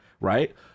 right